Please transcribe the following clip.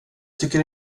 tycker